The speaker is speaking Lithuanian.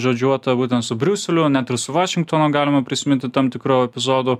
žodžiuota būtent su briuseliu net ir su vašingtonu galima prisiminti tam tikrų epizodų